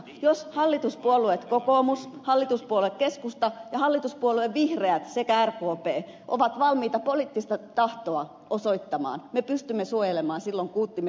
jos hallituspuolue kokoomus hallituspuolue keskusta ja hallituspuolue vihreät sekä rkp ovat valmiita poliittista tahtoa osoittamaan me pystymme suojelemaan silloin kuuttimme turhilta kuolemilta